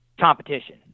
competition